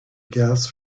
gas